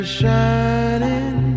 shining